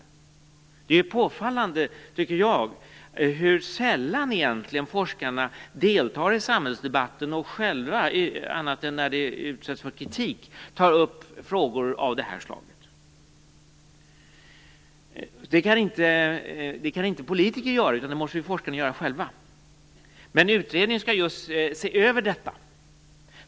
Jag tycket det är påfallande hur sällan forskarna egentligen deltar i samhällsdebatten och själva - i andra fall än då de utsätts för kritik - tar upp frågor av det här slaget. Det kan inte politiker göra, utan det måste forskarna göra själva. Utredningen skall dock se över just detta.